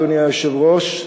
אדוני היושב-ראש,